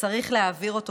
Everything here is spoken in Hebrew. וצריך להעביר אותו